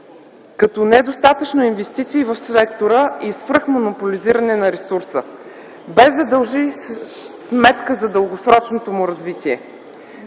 като недостатъчни инвестиции в сектора и свръхмонополизиране на ресурса, без да се държи сметка за дългосрочното му развитие.